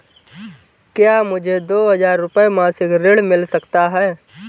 क्या मुझे दो हज़ार रुपये मासिक ऋण मिल सकता है?